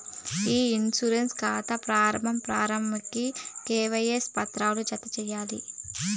ఇ insurance కాతా ప్రారంబ form కి కేవైసీ పత్రాలు జత చేయాలి